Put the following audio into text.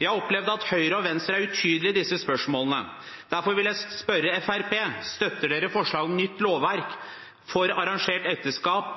Jeg har opplevd at Høyre og Venstre er utydelige i disse spørsmålene. Derfor vil jeg spørre Fremskrittspartiet om de støtter forslaget om et nytt lovverk om arrangerte ekteskap,